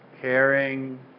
caring